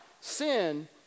Sin